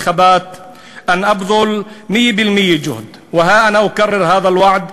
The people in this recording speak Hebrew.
להלן תרגומם: אחי התושבים הערבים.